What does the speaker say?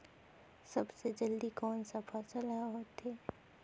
सबले जल्दी कोन सा फसल ह होथे?